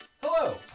Hello